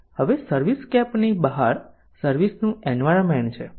હવે સર્વિસસ્કેપની બહાર સર્વિસ નું એન્વાયરમેન્ટ છે